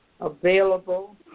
available